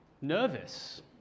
nervous